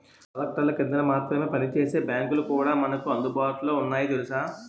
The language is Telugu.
కలెక్టర్ల కిందన మాత్రమే పనిచేసే బాంకులు కూడా మనకు అందుబాటులో ఉన్నాయి తెలుసా